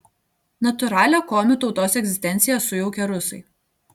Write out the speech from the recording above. natūralią komių tautos egzistenciją sujaukė rusai